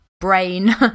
Brain